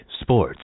sports